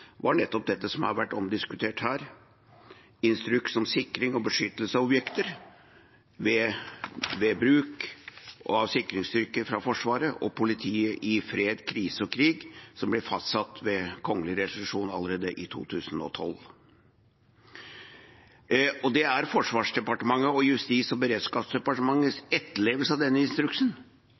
var nettopp dette som har vært diskutert her, Instruks om sikring og beskyttelse av objekter ved bruk av sikringsstyrker fra Forsvaret og politiet i fred, krise og krig, som ble fastsatt ved kongelig resolusjon allerede i 2012. Det er Forsvarsdepartementets og Justis- og beredskapsdepartementets etterlevelse av denne instruksen